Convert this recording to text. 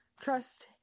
trust